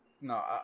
No